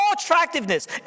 attractiveness